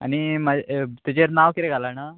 आनी म्हाजे तेजेर नांव कितें घाला ना